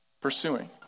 pursuing